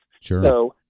Sure